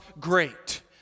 great